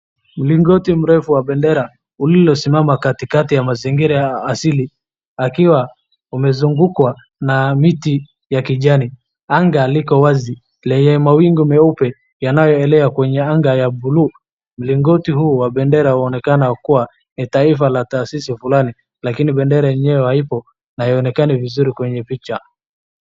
Mlingoti mrefu wa bendera ulilosimama katikati ya mazingira ya asili, akiwa umezungukwa na miti ya kijani. Anga liko wazi lenye mawingu meupe yanayoelea kwenye anga ya blue . Mlingoti huu wa bendera unaonekana kuwa ni taifa la taasisi fulani, lakini bendera yenyewe haipo na haionekani vizuri kwenye picha.